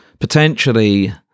potentially